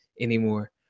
anymore